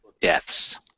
deaths